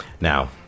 now